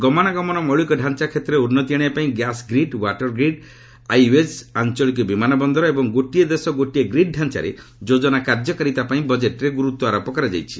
ଗମନାଗମନ ମୌଳିକ ଡାଞ୍ଚା କ୍ଷେତ୍ରରେ ଉନ୍ନତି ଆଣିବାପାଇଁ gas grid water grid I ways ଆଞ୍ଚଳିକ ବିମାନ ବନ୍ଦର ଏବଂ ଗୋଟିଏ ଦେଶ ଗୋଟିଏ ଗ୍ରିଡ୍ ଡାଞ୍ଚାରେ ଯୋଜନା କାର୍ଯ୍ୟକାରିତା ପାଇଁ ବଜେଟ୍ରେ ଗୁରୁତ୍ୱ ଆରୋପ କରାଯାଇଛି